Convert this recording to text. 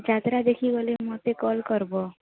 ଯାତ୍ରା ଦେଖିଗଲେ ମୋତେ କଲ୍ କରିବ